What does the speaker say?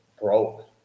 broke